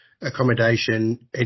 accommodation